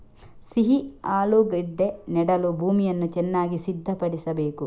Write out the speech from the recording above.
ಸಿಹಿ ಆಲೂಗೆಡ್ಡೆ ನೆಡಲು ಭೂಮಿಯನ್ನು ಚೆನ್ನಾಗಿ ಸಿದ್ಧಪಡಿಸಬೇಕು